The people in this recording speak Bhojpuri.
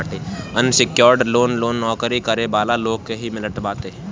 अनसिक्योर्ड लोन लोन नोकरी करे वाला लोग के ही मिलत बाटे